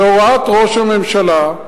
בהוראת ראש הממשלה,